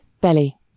belly